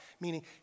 meaning